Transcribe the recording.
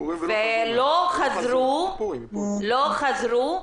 ולא חזרו.